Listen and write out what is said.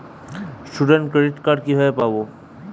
Student credit card কিভাবে পাব?